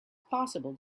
possible